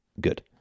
Good